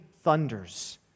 thunders